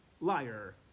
liar